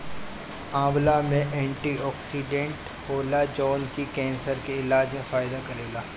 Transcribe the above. आंवला में एंटीओक्सिडेंट होला जवन की केंसर के इलाज में फायदा करेला